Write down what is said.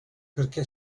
perché